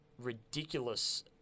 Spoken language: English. Ridiculous